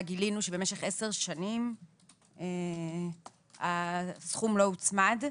גילינו שמשך עשר שנים הסכום לא הוצמד.